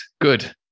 Good